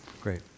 Great